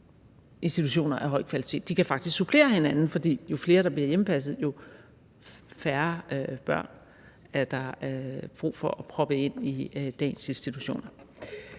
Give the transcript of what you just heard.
institutioner af høj kvalitet. De kan faktisk supplere hinanden, for jo flere, der bliver hjemmepasset, jo færre børn er der brug for at proppe ind institutionerne.